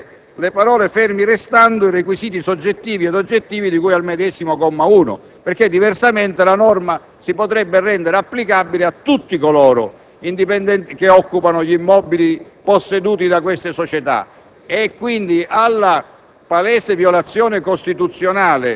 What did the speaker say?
aggiungendo alla fine del comma 3 le seguenti parole: «fermi restando i requisiti soggettivi ed oggettivi di cui al medesimo comma 1»; diversamente, la norma si potrebbe rendere applicabile a tutti coloro che occupano immobili posseduti da queste società. Quindi, alla